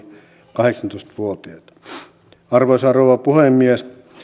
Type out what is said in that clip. kahdeksantoista vuotiaita arvoisa rouva puhemies